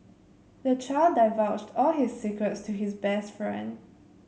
the child divulged all his secrets to his best friend